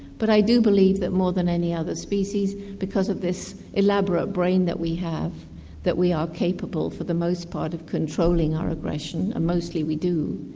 but i do believe that more than any other species because of this elaborate brain that we have that we are capable for the most part of controlling our aggression and mostly we do.